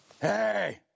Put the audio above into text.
Hey